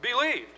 believed